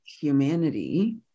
humanity